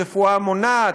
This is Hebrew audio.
הרפואה המונעת,